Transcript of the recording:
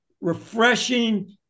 Refreshing